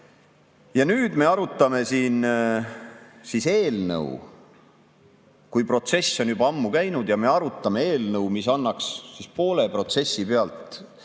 Ja nüüd me arutame siin eelnõu, kui protsess on juba ammu käinud, ja me arutame eelnõu, mis annaks siis poole protsessi pealt